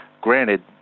granted